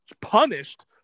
punished